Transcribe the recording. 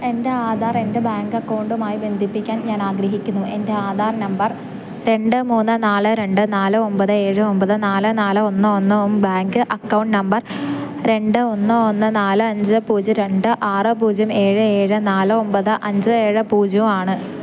എൻ്റെ ആധാർ എൻ്റെ ബാങ്ക് അക്കൌണ്ടുമായി ബന്ധിപ്പിക്കാൻ ഞാൻ ആഗ്രഹിക്കുന്നു എൻ്റെ ആധാർ നമ്പർ രണ്ട് മൂന്ന് നാല് രണ്ട് നാല് ഒമ്പത് ഏഴ് ഒമ്പത് നാല് നാല് ഒന്ന് ഒന്നും ബാങ്ക് അക്കൌണ്ട് നമ്പർ രണ്ട് ഒന്ന് ഒന്ന് നാല് അഞ്ച് പൂജ്യം രണ്ട് ആറ് പൂജ്യം ഏഴ് ഏഴ് നാല് ഒൻപത് അഞ്ച് ഏഴ് പൂജ്യവും ആണ്